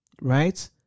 right